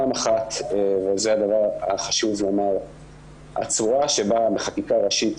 חשוב לומר שהצורה בה בחקיקה ראשית